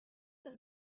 that